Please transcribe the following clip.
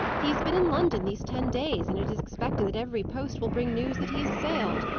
he has been in london these ten days, and it is expected that every post will bring news that he has sailed.